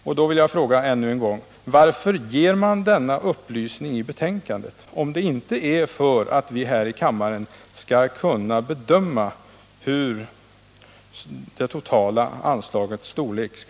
Jag vill än en gång fråga: Varför ger man denna upplysning i betänkandet, om det inte är ör att vi här i kammaren skall kunna bedöma hur fördelningen av det aktuella anslaget skall ske?